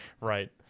Right